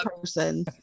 person